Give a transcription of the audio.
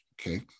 okay